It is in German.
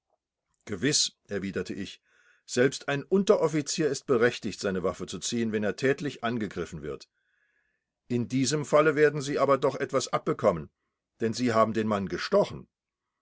gewiß erwiderte ich selbst ein unteroffizier ist berechtigt seine waffe zu ziehen wenn er tätlich angegriffen wird in diesem falle werden sie aber doch etwas abbekommen denn sie haben den mann gestochen